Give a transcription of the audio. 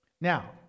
Now